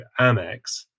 Amex